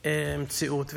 המציאות.